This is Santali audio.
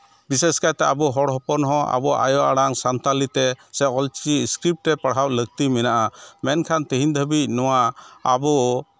ᱵᱤᱥᱮᱥ ᱠᱟᱭᱛᱮ ᱟᱵᱚ ᱦᱚᱲ ᱦᱚᱯᱚᱱ ᱦᱚᱸ ᱟᱵᱚ ᱟᱭᱳ ᱟᱲᱟᱝ ᱥᱟᱱᱛᱟᱲᱤ ᱛᱮ ᱥᱮ ᱚᱞ ᱪᱤᱠᱤ ᱥᱠᱨᱤᱯ ᱛᱮ ᱯᱟᱲᱦᱟᱣ ᱞᱟᱹᱠᱛᱤ ᱢᱮᱱᱟᱜᱼᱟ ᱢᱮᱱᱠᱷᱟᱱ ᱛᱮᱦᱮᱧ ᱫᱷᱟᱹᱵᱤᱡ ᱱᱚᱣᱟ ᱟᱵᱚ